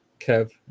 Kev